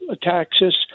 taxes